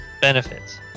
Benefits